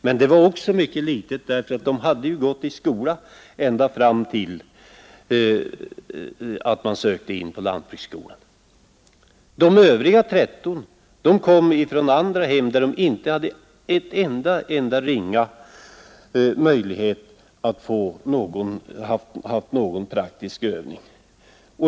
Men det var också mycket litet, därför att de hade ju gått i skola ända tills de sökte in på lantbruksskolan. De övriga 13 kom från hem där de inte hade haft den ringaste möjlighet att få någon praktisk övning.